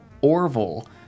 Orville